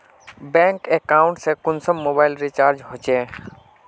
Bank account से कुंसम mobile recharge होचे?